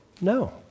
No